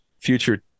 future